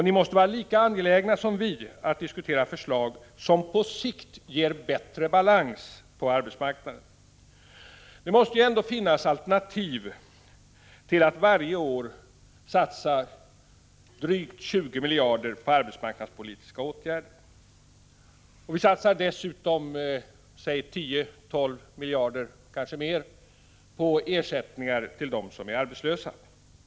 Ni måste vara lika angelägna som vi att diskutera förslag som på sikt ger bättre balans på arbetsmarknaden. Det måste ändå finnas alternativ till att varje år satsa drygt 20 miljarder på arbetsmarknadspolitiska åtgärder. Vi satsar dessutom säg mellan 10 och 12 miljarder, kanske mer, på ersättningar till dem som är arbetslösa.